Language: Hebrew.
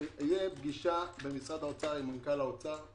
שתהיה פגישה במשרד האוצר עם מנכ"לי האוצר,